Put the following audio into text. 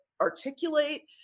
articulate